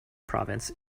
province